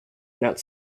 not